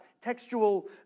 textual